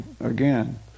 again